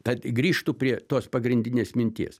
tad grįžtu prie tos pagrindinės minties